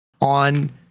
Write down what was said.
on